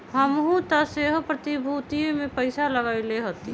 हमहुँ तऽ सेहो प्रतिभूतिय में पइसा लगएले हती